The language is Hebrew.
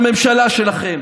לממשלה שלכם.